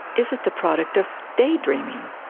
is it the product of daydreaming,